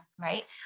Right